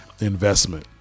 investment